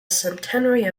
centenary